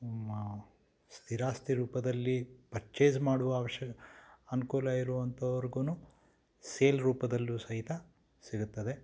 ಮಾ ಸ್ಥಿರಾಸ್ತಿ ರೂಪದಲ್ಲಿ ಪರ್ಚೇಸ್ ಮಾಡುವ ಅವಶ್ಯ ಅನುಕೂಲ ಇರೋವಂತವ್ರಿಗು ಸೇಲ್ ರೂಪದಲ್ಲೂ ಸಹಿತ ಸಿಗುತ್ತದೆ